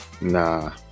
Nah